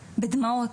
בדמעות,